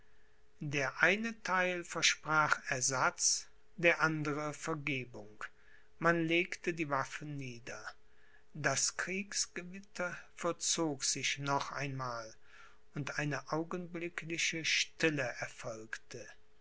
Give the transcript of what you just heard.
der eine theil versprach ersatz der andere vergebung man legte die waffen nieder das kriegsgewitter verzog sich noch einmal und eine augenblickliche stille erfolgte